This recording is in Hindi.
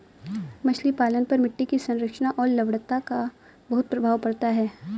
मछली पालन पर मिट्टी की संरचना और लवणता का बहुत प्रभाव पड़ता है